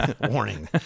warning